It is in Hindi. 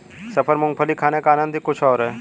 सफर में मूंगफली खाने का आनंद ही कुछ और है